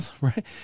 right